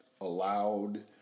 allowed